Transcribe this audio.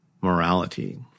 Morality